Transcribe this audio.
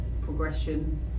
progression